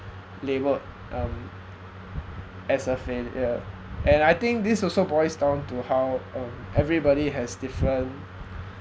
labelled um as a failure and I think this also boils down to how um everybody has different